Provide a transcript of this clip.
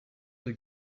deux